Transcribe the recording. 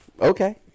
Okay